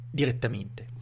direttamente